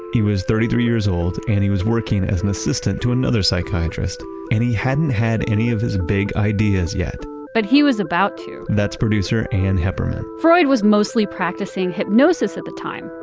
he was thirty three years old and he was working as an assistant to another psychiatrist and he hadn't had any of his big ideas yet but he was about to that's producer ann hepperman freud was mostly practicing hypnosis at the time.